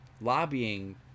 lobbying